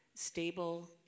Stable